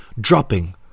dropping